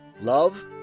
love